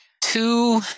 two